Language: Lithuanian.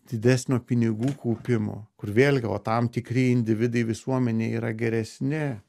didesnio pinigų kaupimo kur vėlgi o tam tikri individai visuomenėj yra geresni